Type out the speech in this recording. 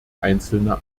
einzelne